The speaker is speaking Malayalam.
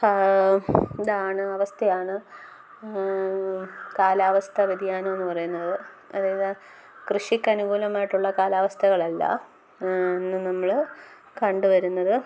ഇതാണ് അവസ്ഥയാണ് കാലാവസ്ഥാ വ്യതിയാനം എന്നു പറയുന്നത് അത് കൃഷിക്ക് അനുകൂലമായിട്ടുള്ള കാലാവസ്ഥകളല്ല ഇന്ന് നമ്മൾ കണ്ടുവരുന്നത്